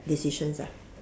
decisions ah